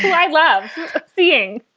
i love seeing